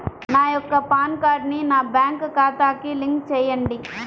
నా యొక్క పాన్ కార్డ్ని నా బ్యాంక్ ఖాతాకి లింక్ చెయ్యండి?